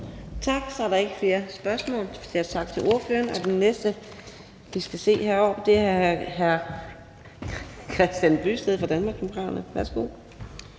Tak. Så er der ikke flere spørgsmål, og vi siger tak til ordføreren. Den næste, vi skal se heroppe, er hr. Kristian Bøgsted fra Danmarksdemokraterne.